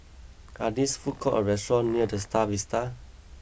are these food courts or restaurants near the Star Vista